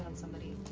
and somebody.